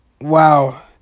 wow